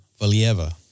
Valieva